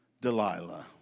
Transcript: Delilah